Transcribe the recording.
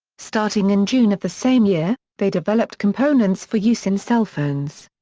starting in june of the same year, they developed components for use in cell phones.